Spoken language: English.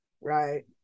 right